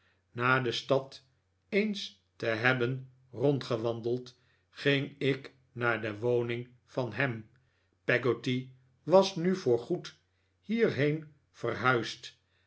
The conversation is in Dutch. na de stad eens te hebben rondgewandeld ging ik naar de woning van ham peggotty was nu voorgoed hierheen verhuisd